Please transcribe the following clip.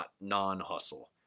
non-hustle